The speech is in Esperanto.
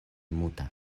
muta